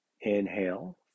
inhale